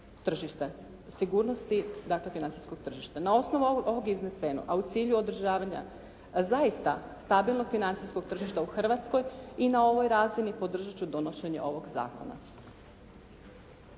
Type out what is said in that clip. Na osnovu ovog iznesenog, a u cilju održavanja zaista stabilnog financijskog tržišta u Hrvatskoj i na ovoj razini podržat ću donošenje ovog zakona.